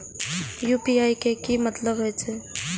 UPI के की मतलब हे छे?